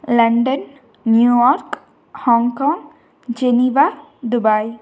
London New York Hong Kong Geneva Dubai